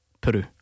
Peru